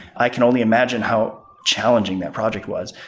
i can only imagine how challenging that project was.